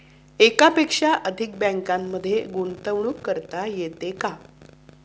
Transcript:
एकापेक्षा अधिक बँकांमध्ये गुंतवणूक करता येते का?